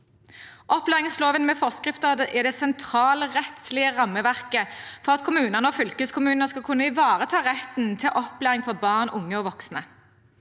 Opplæringsloven med forskrifter er det sentrale rettslige rammeverket for at kommunene og fylkeskommunene skal kunne ivareta retten til opplæring for barn, unge og voksne.